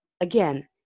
Again